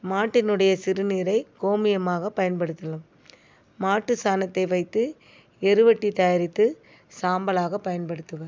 மாட்டினுடைய சிறுநீரை கோமியமாக பயன்படுத்தலாம் மாட்டுச்சாணத்தை வைத்து எருவட்டி தயாரித்து சாம்பலாக பயன்படுத்துவர்